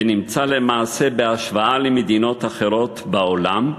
ונמצא למעשה, בהשוואה למדינות אחרות בעולם,